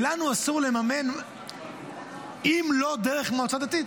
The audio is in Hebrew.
שלנו אסור לממן, אם לא דרך מועצה דתית.